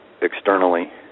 Externally